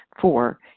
Four